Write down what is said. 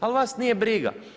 Ali vas nije briga.